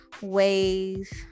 ways